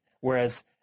whereas